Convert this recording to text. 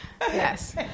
Yes